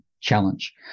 challenge